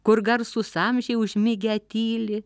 kur garsūs amžiai užmigę tyli